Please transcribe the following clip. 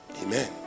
Amen